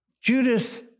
Judas